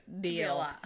deal